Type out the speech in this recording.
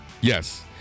Yes